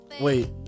Wait